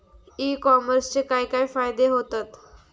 E कॉमर्सचे काय काय फायदे होतत?